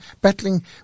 battling